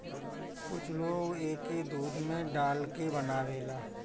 कुछ लोग एके दूध में डाल के बनावेला